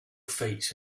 fights